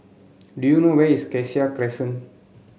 do you know where is Cassia Crescent